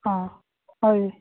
ହଁ ହଁ